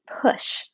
push